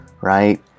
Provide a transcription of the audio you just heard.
right